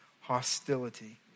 hostility